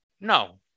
No